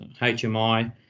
HMI